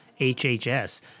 HHS